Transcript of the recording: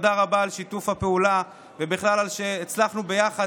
תודה רבה על שיתוף הפעולה ובכלל על שהצלחנו ביחד